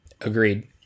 Agreed